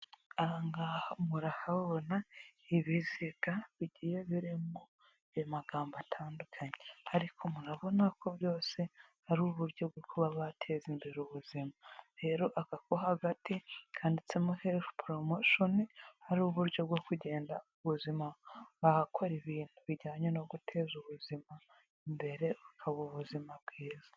Murahabona ibiziga bigiye biri mu magambo atandukanye ariko murabona ko byose ari uburyo bwo kuba wateza imbere ubuzima rero akako agati kanditsemo health promotion hari uburyo bwo kugenda ubuzima wahakora ibintu bijyanye no guteza ubuzima imbere ukaba ubuzima bwiza.